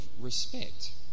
Respect